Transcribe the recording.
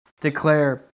declare